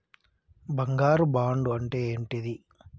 బంగారు బాండు అంటే ఏంటిది?